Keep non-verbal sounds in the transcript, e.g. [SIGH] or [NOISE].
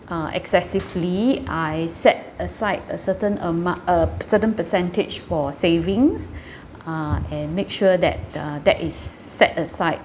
uh excessively I set aside a certain amou~ a certain percentage for savings [BREATH] uh and make sure that uh that is set aside